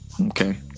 Okay